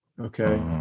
okay